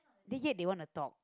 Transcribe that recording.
then yet they wanna talk